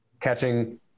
catching